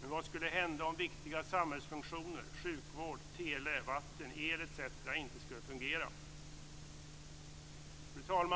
Men vad skulle hända om viktiga samhällsfunktioner som sjukvård, tele, vatten, el etc. inte skulle fungera? Fru talman!